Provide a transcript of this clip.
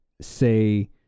say